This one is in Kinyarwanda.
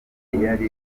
yari